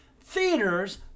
theaters